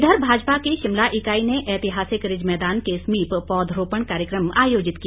इधर भाजपा की शिमला इकाई ने ऐतिहासिक रिज मैदान के समीप पौधरोपण कार्यक्रम आयोजित किया